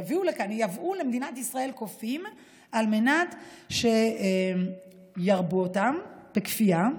ייבאו למדינת ישראל קופים על מנת שירבו אותם בכפייה.